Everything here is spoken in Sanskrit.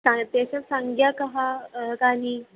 त तेषां सङ्ख्या काः कानि